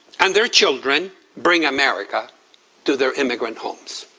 and their children bring america to their immigrant homes.